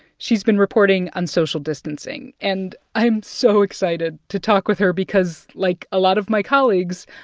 she's been reporting on social distancing, and i'm so excited to talk with her because like a lot of my colleagues,